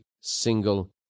single